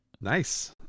Nice